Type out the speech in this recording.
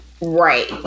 Right